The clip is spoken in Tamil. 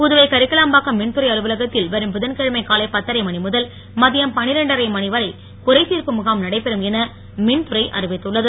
புதுவை கரிக்கலாம்பாக்கம் மின்துறை அலுவலகத்தில் வரும் புதன்கிழமை காலை பத்தரை மணி முதல் மதியம் பனிரெண்டரை மணி வரை குறைத்திர்ப்பு முகாம் நடைபெறும் என மின்துறை அறிவித்துள்ளது